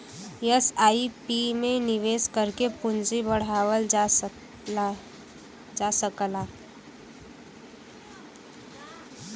SIP में निवेश करके पूंजी बढ़ावल जा सकला